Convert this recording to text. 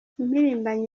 impirimbanyi